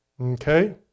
Okay